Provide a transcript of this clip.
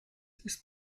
ist